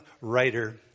writer